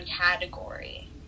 category